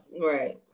Right